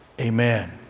amen